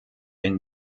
ihn